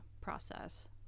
process